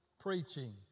preaching